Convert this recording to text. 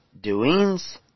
doings